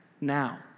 now